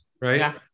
right